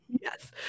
Yes